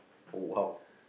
oh !wow!